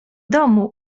domu